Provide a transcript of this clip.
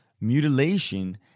mutilation